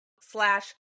slash